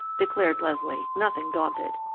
declared leslie, nothing daunted.